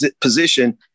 position